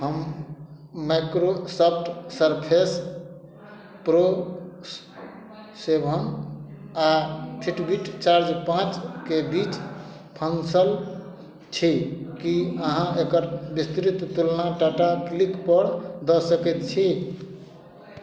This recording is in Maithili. हम माइक्रोसॉफ्ट सरफेस प्रो सेभन आ फिटबिट चार्ज पाँच के बीच फसल छी की अहाँ एकर विस्तृत तुलना टाटा क्लिक पर दऽ सकैत छी